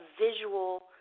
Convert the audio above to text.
visual